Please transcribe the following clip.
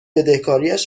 بدهکاریش